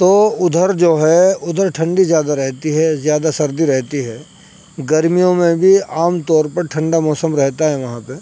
تو ادھر جو ہے ادھر ٹھنڈی زیادہ رہتی ہے زیادہ سردی رہتی ہے گرمیوں میں بھی عام طور پر ٹھنڈا موسم رہتا ہے وہاں پہ